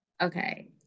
Okay